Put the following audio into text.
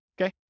Okay